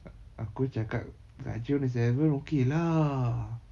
a~ aku cakap gaji on the seventh okay lah